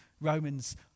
Romans